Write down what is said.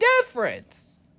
difference